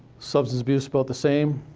substance abuse about the same.